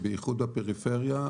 ובייחוד הפריפריה,